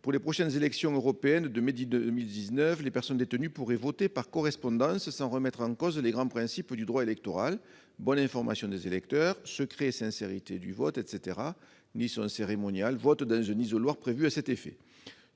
Pour les prochaines élections européennes de mai 2019, les personnes détenues pourraient voter par correspondance, sans remettre en cause les grands principes du droit électoral- bonne information des électeurs, secret et sincérité du vote, etc. -, ni son cérémonial, avec un vote dans un isoloir prévu à cet effet.